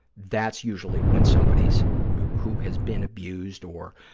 that's usually when somebody who has been abused or,